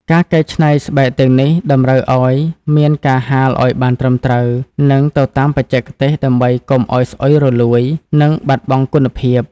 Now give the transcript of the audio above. ការកែច្នៃស្បែកទាំងនេះ តម្រូវឱ្យមានការហាលឱ្យបានត្រឹមត្រូវ និងទៅតាមបច្ចេកទេស ដើម្បីកុំឱ្យស្អុយរលួយ និងបាត់បង់គុណភាព។